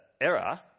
error